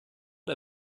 der